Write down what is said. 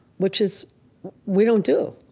which is we don't do.